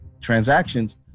transactions